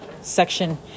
section